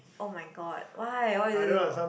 [oh]-my-god why why did you do